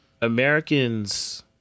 Americans